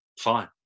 fine